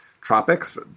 tropics